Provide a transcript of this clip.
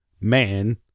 man